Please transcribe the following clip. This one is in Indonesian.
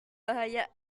bahaya